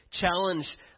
challenge